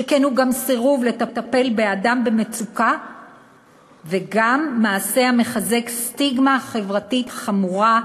שכן הוא גם סירוב לטפל באדם במצוקה וגם מעשה המחזק סטיגמה חברתית חמורה,